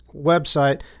website